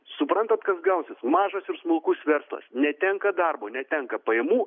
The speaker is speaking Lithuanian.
suprantat kas gausis mažas ir smulkus verslas netenka darbo netenka pajamų